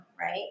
right